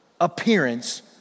appearance